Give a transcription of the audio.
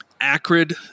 Acrid